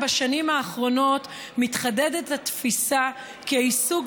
בשנים האחרונות מתחדדת התפיסה שהעיסוק